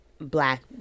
black